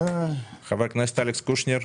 חבר הכנסת אלכס קושניר,